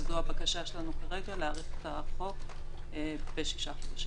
וזו הבקשה שלנו כרגע, להאריך את החוק בשישה חודשים